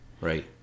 Right